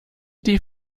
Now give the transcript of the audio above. die